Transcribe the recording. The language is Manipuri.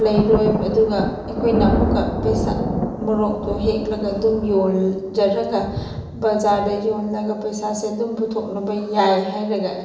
ꯂꯩꯔꯣꯏꯕ ꯑꯗꯨꯒ ꯑꯩꯈꯣꯏꯅ ꯑꯃꯨꯛꯀ ꯄꯩꯁꯥ ꯃꯣꯔꯣꯛꯇꯣ ꯍꯦꯛꯂ ꯑꯗꯨꯝ ꯌꯣꯜꯖꯔꯒ ꯕꯖꯥꯔꯗ ꯌꯣꯜꯂꯒ ꯄꯩꯁꯥꯁꯦ ꯑꯗꯨꯝ ꯄꯨꯊꯣꯛꯂꯨꯕ ꯌꯥꯏ ꯍꯥꯏꯔꯒ